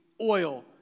oil